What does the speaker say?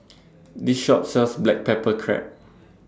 This Shop sells Black Pepper Crab